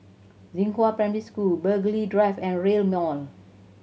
Zinghua Primary School Burghley Drive and Rail Mall